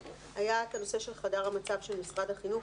היה את הנושא של חדר המצב של משרד החינוך